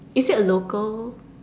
is it a local